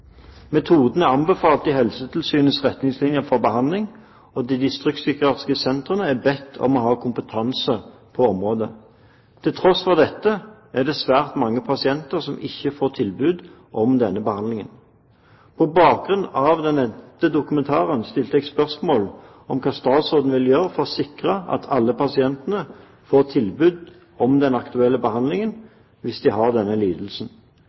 Metoden er anbefalt i Helsetilsynets retningslinjer for behandling, og de distriktspsykiatriske sentrene er bedt om å ha kompetanse på området. Til tross for dette er det svært mange pasienter som ikke får tilbud om denne behandlingen. På bakgrunn av den nevnte dokumentaren stilte jeg spørsmål om hva statsråden ville gjøre for å sikre at alle pasienter får tilbud om den aktuelle behandlingen hvis de har denne lidelsen.